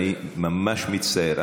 אני ממש מצטער,